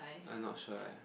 I not sure eh